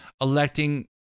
electing